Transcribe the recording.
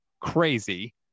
crazy